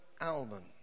almond